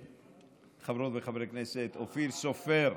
חברות וחברי הכנסת, אופיר סופר,